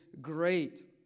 great